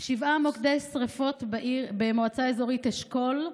שבעה מוקדי שרפות במועצה האזורית אשכול,